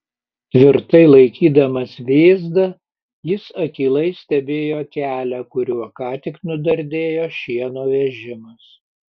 tvirtai laikydamas vėzdą jis akylai stebėjo kelią kuriuo ką tik nudardėjo šieno vežimas